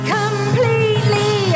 completely